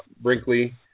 Brinkley